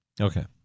Okay